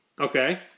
Okay